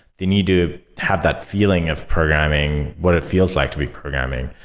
they need to have that feeling of programming. what it feels like to be programming.